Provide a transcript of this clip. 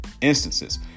instances